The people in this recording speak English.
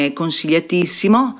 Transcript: consigliatissimo